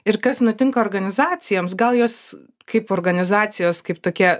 ir kas nutinka organizacijoms gal jos kaip organizacijos kaip tokie